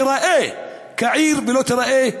באר-שבע לא תיראה כעיר ולא תיראה,